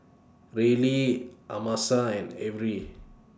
Rylee Amasa and Averi